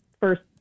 first